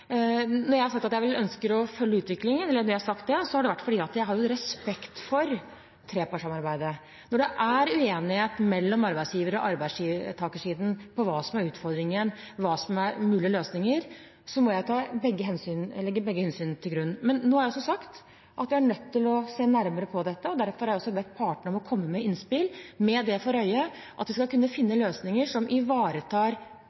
Når jeg har sagt at jeg ønsker å følge utviklingen, er det fordi jeg har respekt for trepartssamarbeidet. Når det er uenighet mellom arbeidsgiver- og arbeidstakersiden om hva som er utfordringen, og hva som er mulige løsninger, må jeg legge begge hensyn til grunn. Men nå har jeg sagt at jeg er nødt til å se nærmere på dette. Derfor har jeg også bedt partene om å komme med innspill med det for øye at vi skal kunne